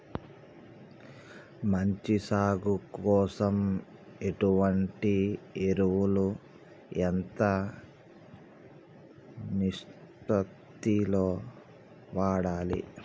మంచి సాగు కోసం ఎటువంటి ఎరువులు ఎంత నిష్పత్తి లో వాడాలి?